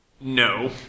No